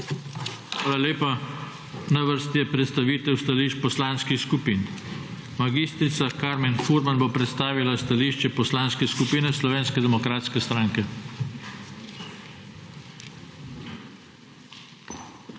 Hvala lepa. Na vrsti je predstavitev stališč poslanskih skupin. Mag. Karmen Furman bo predstavila stališče Poslanske skupine Slovenske demokratske stranke. **MAG.